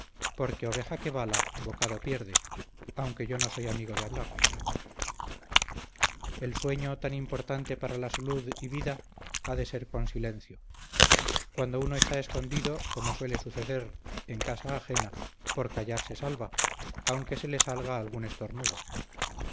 porque oveja que bala bocado pierde aunque yo no soy amigo de hablar el sueño tan importante para la salud y vida ha de ser con silencio cuando uno está escondido como suele suceder en casa ajena por callar se salva aunque se le salga algún estornudo